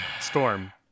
Storm